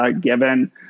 given